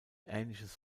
ähnliches